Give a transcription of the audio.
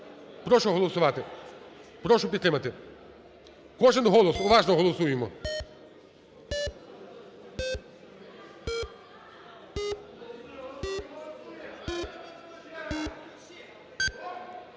Прошу голосувати, прошу підтримати кожен голос, уважно голосуємо.